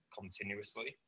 continuously